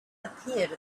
appeared